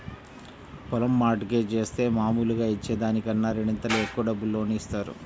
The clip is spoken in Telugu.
పొలం మార్ట్ గేజ్ జేత్తే మాములుగా ఇచ్చే దానికన్నా రెండింతలు ఎక్కువ డబ్బులు లోను ఇత్తారు